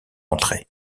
rentrer